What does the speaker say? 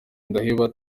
ndaheba